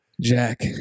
jack